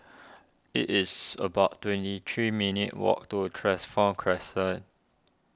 it is about twenty three minutes' walk to transform Crescent